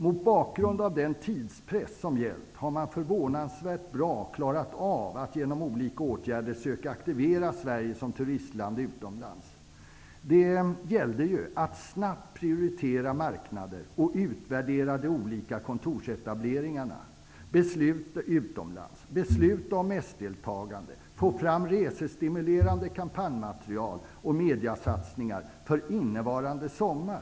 Mot bakgrund av den tidspress som gällt har man förvånansvärt bra klarat av att genom olika åtgärder söka aktivera Sverige som turistland utomlands. Det gällde ju att snabbt prioritera marknader och utvärdera de olika kontorsetableringarna utomlands, besluta om mässdeltagande och få fram resestimulerande kampanjmaterial och mediesatsningar för innevarande sommar.